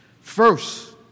First